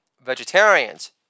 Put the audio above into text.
vegetarians